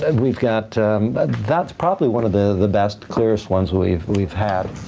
and we've got that's probably one the best, clearest ones we've. we've had